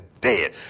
dead